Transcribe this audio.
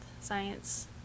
science